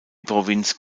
provinz